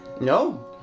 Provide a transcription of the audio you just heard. No